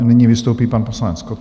Nyní vystoupí pan poslanec Koten.